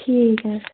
ठीक ऐ